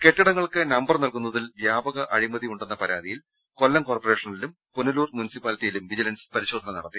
കെട്ടിടങ്ങൾക്ക് നമ്പർ നൽകുന്നതിൽ വ്യാപക അഴിമതി ഉണ്ടെന്ന പരാതിയിൽ കൊല്ലം കോർപറേഷനിലും പുനലൂർ മുനിസിപ്പാലിറ്റിയിലും വിജിലൻസ് പരിശോധന നടത്തി